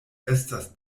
estas